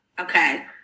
Okay